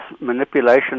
manipulation